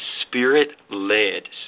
spirit-led